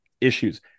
issues